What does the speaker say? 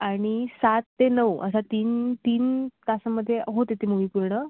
आणि सात ते नऊ असा तीन तीन तासांमध्ये होते ती मुवी पूर्ण